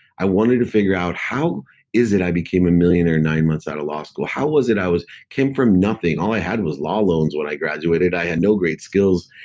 i wanted to figure out how is it i became a millionaire nine months out of law school? how was it i came from nothing? all i had was law loans when i graduated. i had no great skills.